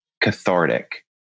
Cathartic